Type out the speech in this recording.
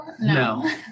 No